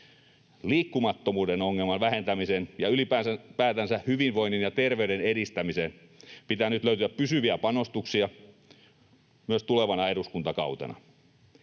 Liikkumattomuuden ongelman vähentämiseen ja ylipäätänsä hyvinvoinnin ja terveyden edistämiseen pitää nyt löytyä pysyviä panostuksia myös tulevana eduskuntakautena.